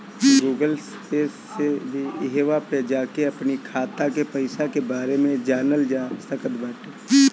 Google Pay से भी इहवा पे जाके अपनी खाता के पईसा के बारे में जानल जा सकट बाटे